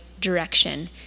direction